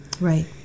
Right